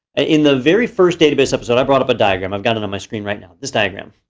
in the very first database episode, i brought a but diagram, i've got it on my screen right now, this diagram.